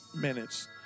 minutes